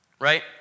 right